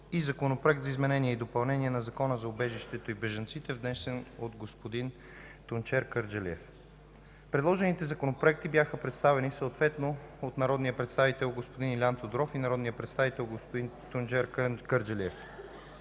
и Законопроекта за изменение и допълнение на Закона за убежището и бежанците, внесен от господин Тунчер Кърджалиев. Предложените законопроекти бяха представени съответно от народния представител господин Илиан Тодоров и народния представител господин Тунчер Кърджалиев.